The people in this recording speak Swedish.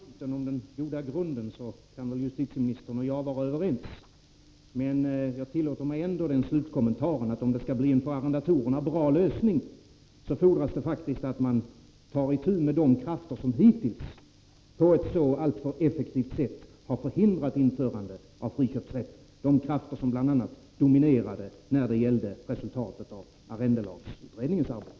Herr talman! På den här punkten, om den goda grunden, kan justitieministern och jag vara överens. Men jag tillåter mig ändå den slutkommentaren, att om det skall bli en för arrendatorerna bra lösning, fordras det faktiskt att man tar itu med de krafter som hittills, på ett alltför effektivt sätt, har förhindrat införandet av friköpsrätten, de krafter som bl.a. dominerade när det gällde resultatet av arrendelagsutredningens arbete.